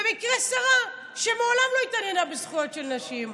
במקרה שרה שמעולם לא התעניינה בזכויות של נשים.